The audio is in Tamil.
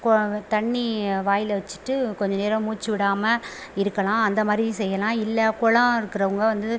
கொ தண்ணி வாயில் வச்சுட்டு கொஞ்ச நேரம் மூச்சுவிடாம இருக்கலாம் அந்தமாதிரியும் செய்யலாம் இல்லை குளம் இருக்கிறவங்க வந்து